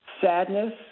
sadness